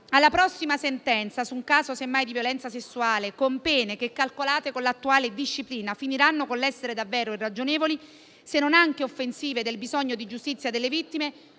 alla prossima sentenza su un caso di violenza sessuale con pene che, calcolate con l'attuale disciplina, finiranno con l'essere davvero irragionevoli, se non anche offensive del bisogno di giustizia delle vittime,